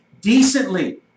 decently